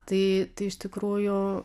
tai tai iš tikrųjų